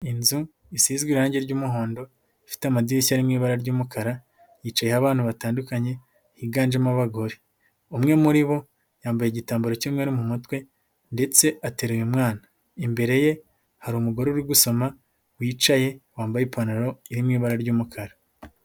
Inzu isizwe irangi ry'umuhondo, ifite amadirishya mu ibara ry'umukara, yicayeho abana batandukanye, higanjemo abagore. Umwe muri bo yambaye igitambaro cy'umweru mu mutwe ndetse ateruye umwana. Imbere ye hari umugore uri gusoma, wicaye, wambaye ipantaro iri mu ibara ry'umukara.